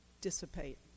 dissipate